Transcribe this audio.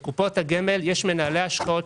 בקופות הגמל יש מנהלי השקעות,